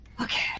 Okay